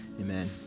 Amen